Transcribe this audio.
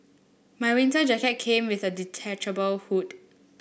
my winter jacket came with a detachable hood